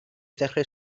ddechrau